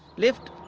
lift!